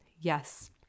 Yes